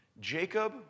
Jacob